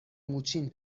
موچین